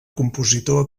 compositor